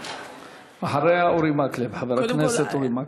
אחריה, חבר הכנסת אורי מקלב.